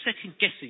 second-guessing